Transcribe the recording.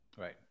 Right